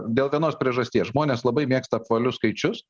dėl vienos priežasties žmonės labai mėgsta apvalius skaičius